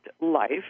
life